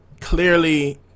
clearly